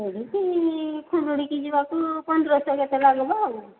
ସେମିତି ଫୁଲୁରିକୁ ଯିବାକୁ ପନ୍ଦରଶହ କେତେ ଲାଗିବ ଆଉ